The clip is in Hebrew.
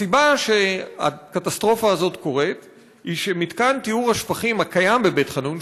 הסיבה שהקטסטרופה הזאת קורית היא שמתקן טיהור השפכים הקיים בבית חנון,